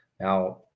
Now